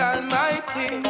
Almighty